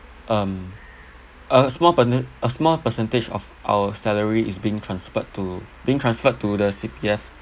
um a small per~ a small percentage of our salary is being transferred to being transferred to the C_P_F